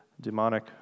demonic